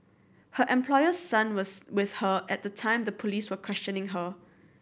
her employer's son was with her at the time the police were questioning her